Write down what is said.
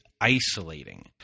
isolating